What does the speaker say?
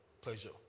pleasure